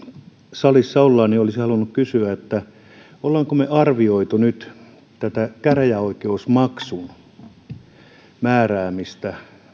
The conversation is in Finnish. salissa ollaan olisin halunnut kysyä olemmeko me arvioineet nyt tätä käräjäoikeusmaksun määräämistä